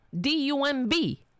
D-U-M-B